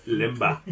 limba